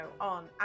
on